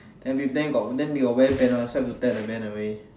and with them they got wear band one so have to tear the band away